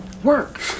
Work